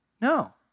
No